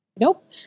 nope